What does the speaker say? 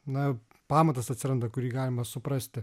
na pamatas atsiranda kurį galima suprasti